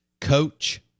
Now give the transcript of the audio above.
Coach